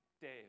Dave